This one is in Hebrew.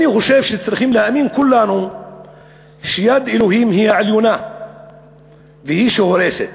אני חושב שכולנו צריכים להאמין שיד אלוהים היא העליונה והיא שהורסת.